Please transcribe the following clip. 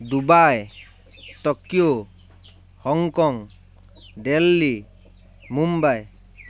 Dubai Tokyo Hong Kong Delhi Mumbai